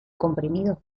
comprimido